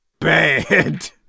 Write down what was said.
Bad